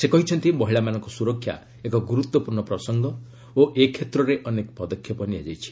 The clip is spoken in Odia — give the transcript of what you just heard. ସେ କହିଛନ୍ତି ମହିଳାମାନଙ୍କ ସୁରକ୍ଷା ଏକ ଗୁରୁତ୍ୱପୂର୍ଣ୍ଣ ପ୍ରସଙ୍ଗ ଓ ଏ କ୍ଷେତ୍ରରେ ଅନେକ ପଦକ୍ଷେପ ନିଆଯାଇଛି